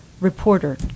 reporter